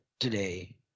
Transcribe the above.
Today